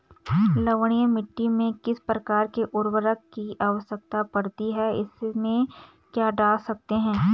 लवणीय मिट्टी में किस प्रकार के उर्वरक की आवश्यकता पड़ती है इसमें क्या डाल सकते हैं?